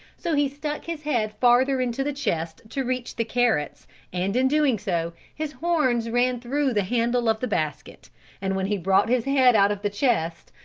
so he stuck his head farther into the chest to reach the carrots and in doing so, his horns ran through the handle of the basket and when he brought his head out of the chest,